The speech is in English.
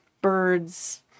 Birds